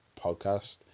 podcast